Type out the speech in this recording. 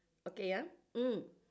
okay ya mm